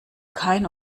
kein